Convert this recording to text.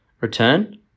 return